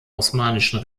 osmanischen